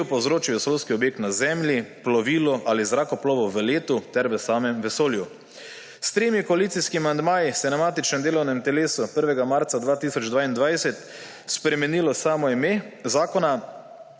ki jo povzroči vesoljski objekt na Zemlji, plovilu ali zrakoplovu v letu ter v samem vesolju. S tremi koalicijskimi amandmaji se na matičnem delovnem telesu 1. marca 2022 spremenilo samo ime zakona,